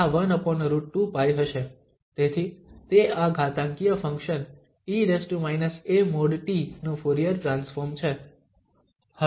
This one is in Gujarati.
તેથી તે આ ઘાતાંકીય ફંક્શન e−a|t| નું ફુરીયર ટ્રાન્સફોર્મ છે